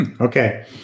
Okay